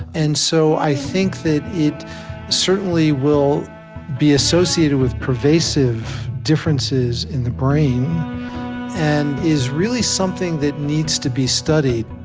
and so i think that it certainly will be associated with pervasive differences in the brain and is really something that needs to be studied